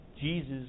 Jesus